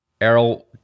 Errol